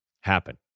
happen